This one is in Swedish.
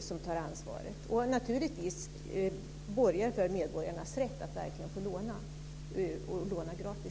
som tar ansvaret, och naturligtvis borgar för medborgarnas rätt att även då få låna gratis?